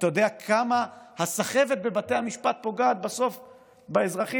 אתה יודע כמה הסחבת בבתי משפט פוגעת בסוף באזרחים,